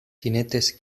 jinetes